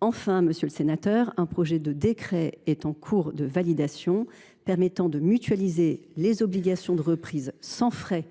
Par ailleurs, un projet de décret est en cours de validation, qui permettra de mutualiser les obligations de reprise sans frais